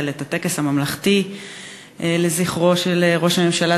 את הטקס הממלכתי לזכרו של ראש הממשלה,